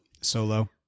Solo